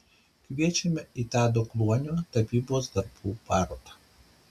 kviečiame į tado kluonio tapybos darbų parodą